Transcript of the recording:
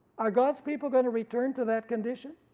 are god's people going to return to that condition?